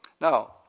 Now